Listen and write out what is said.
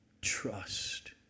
trust